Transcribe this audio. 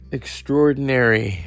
extraordinary